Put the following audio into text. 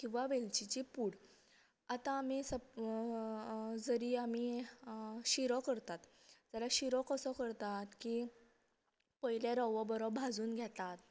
किंवां वेलेची पूड आता आमी सप जरी आमी शिरो करतात जाल्यार शिरो कसो करतात की पयले रवो बरो भाजून घेतात